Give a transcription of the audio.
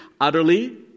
utterly